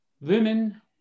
women